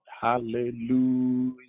Hallelujah